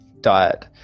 diet